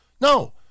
No